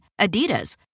Adidas